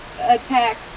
attacked